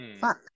Fuck